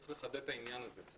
צריך לחדד את העניין הזה.